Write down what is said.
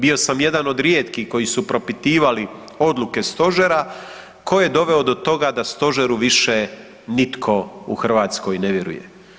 Bio sam jedan od rijetkih koji su propitivali odluke Stožera, tko je doveo do toga da Stožeru više nitko u Hrvatskoj ne vjeruje?